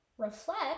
Reflect